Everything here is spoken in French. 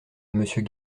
monsieur